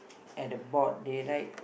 at the board they write